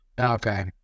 Okay